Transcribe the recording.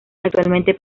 actualmente